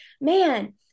man